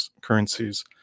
currencies